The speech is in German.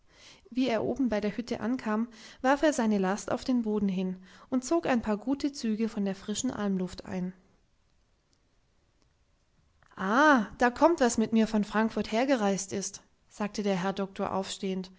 wie er oben bei der hütte ankam warf er seine last auf den boden hin und zog ein paar gute züge von der frischen almluft ein ah da kommt was mit mir von frankfurt hergereist ist sagte der herr doktor aufstehend